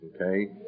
Okay